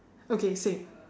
okay same